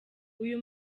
uyu